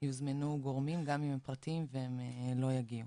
יוזמנו גורמים גם אם הם פרטיים והם לא יגיעו.